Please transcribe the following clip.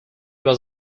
was